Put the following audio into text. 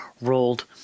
rolled